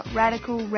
radical